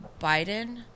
Biden